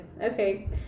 okay